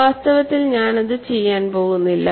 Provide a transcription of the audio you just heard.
വാസ്തവത്തിൽ ഞാൻ അത് ചെയ്യാൻ പോകുന്നില്ല